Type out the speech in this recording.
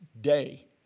day